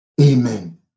Amen